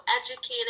educated